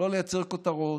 לא לייצר כותרות,